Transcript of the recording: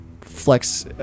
flex